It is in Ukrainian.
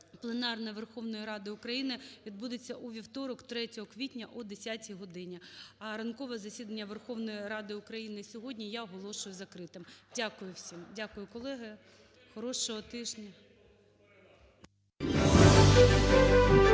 пленарне Верховної Ради України відбудеться у вівторок, 3 квітня, о 10 годині. А ранкове засідання Верховної Ради України сьогодні я оголошую закритим. Дякую всім. Дякую, колеги. Хорошого тижня.